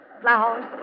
flowers